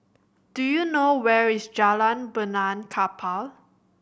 do you know where is Jalan Benaan Kapal